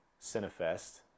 Cinefest